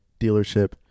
dealership